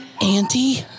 Auntie